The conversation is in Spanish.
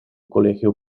colegio